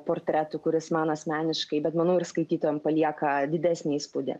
portretų kuris man asmeniškai bet manau ir skaitytojam palieka didesnį įspūdį